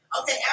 Okay